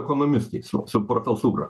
ekonomistais su su profesūra